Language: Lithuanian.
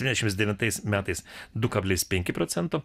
septyniasdešimt devintais metais du kablis penki procento